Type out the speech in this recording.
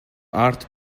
art